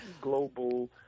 global